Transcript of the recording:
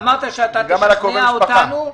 אמרת שאתה תשכנע אותנו.